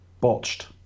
botched